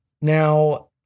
Now